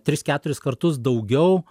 tris keturis kartus daugiau